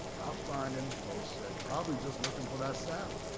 i'll find him, bose said. probably just looking for that saddle.